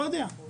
לא יודע.